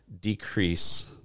decrease